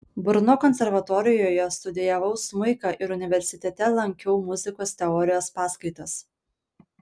brno konservatorijoje studijavau smuiką ir universitete lankiau muzikos teorijos paskaitas